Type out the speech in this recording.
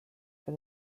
for